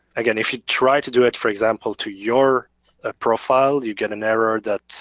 again if you try to do it, for example, to your profile you get an error that